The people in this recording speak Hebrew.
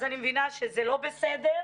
אז אני מבינה שזה לא בסדר,